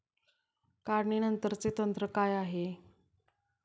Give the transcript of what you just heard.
काढणीनंतरचे तंत्र काय आहे?